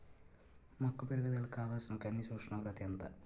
మొక్క పెరుగుదలకు కావాల్సిన కనీస ఉష్ణోగ్రత ఎంత?